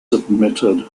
submitted